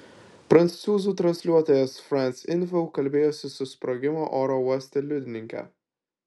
prancūzų transliuotojas france info kalbėjosi su sprogimo oro uoste liudininke